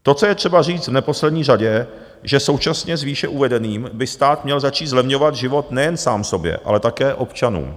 To, co je třeba říct v neposlední řadě, že současně s výše uvedeným by stát měl začít zlevňovat život nejen sám sobě, ale také občanům.